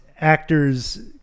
actors